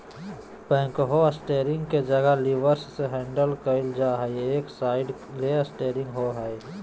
backhoe steering के जगह levers से हैंडल कइल जा हइ, एक साइड ले स्टेयरिंग रहो हइ